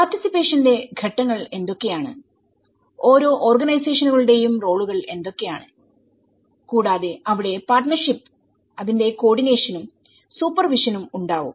പാർട്ടിസിപേഷന്റെ ഘട്ടങ്ങൾ എന്തൊക്കെയാണ് ഓരോ ഓർഗനൈസേഷനുകളുടെയും റോളുകൾ എന്തൊക്കെയാണ് കൂടാതെ അവിടെ പാർട്ണർഷിപ് അതിന്റെ കോർഡിനേഷനും സൂപ്പർവിഷനും ഉണ്ടാവും